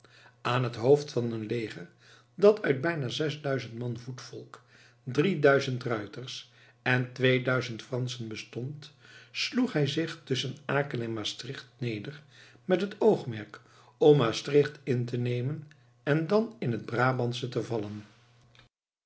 aan het hoofd van een leger dat uit bijna zesduizend man voetvolk drieduizend ruiters en tweeduizend franschen bestond sloeg hij zich tusschen aken en maastricht neder met het oogmerk om maastricht in te nemen en dan in het brabantsche te vallen